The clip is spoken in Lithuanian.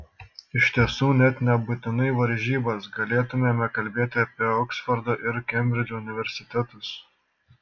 iš tiesų net nebūtinai varžybas galėtumėme kalbėti apie oksfordo ir kembridžo universitetus